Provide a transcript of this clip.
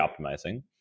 optimizing